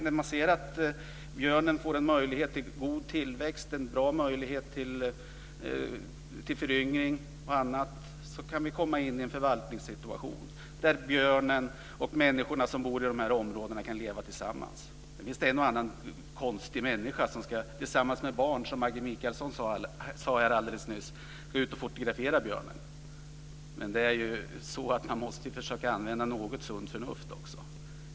När björnen får möjligheter till god tillväxt, föryngring och annat kan vi få en förvaltningssituation där björnen och människorna som bor i de här områdena kan leva tillsammans. Sedan finns det en och annan konstig människa som, tillsammans med barn, ska ut och fotografera björnen, som Maggi Mikaelsson sade nyss. Men man måste ju försöka använda något sunt förnuft också.